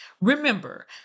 Remember